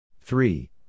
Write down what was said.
three